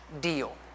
deal